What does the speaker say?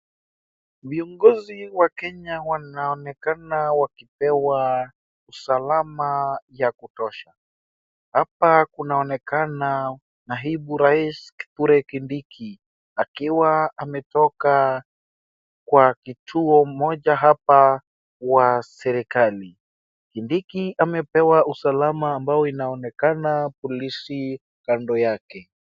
Viongozi wa Kenya wanaonekana wakipewa usalama wa kutosha. Hapa kunaonekana naibu rais, Kithure Kindiki akiwa ametoka kwa kituo kimocha hapa wa serikali. Kindiki amepewa usalama ambao inaonekana polisi kando yake.